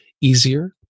easier